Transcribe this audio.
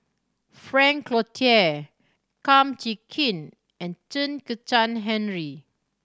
Frank Cloutier Kum Chee Kin and Chen Kezhan Henri